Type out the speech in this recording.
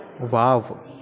wow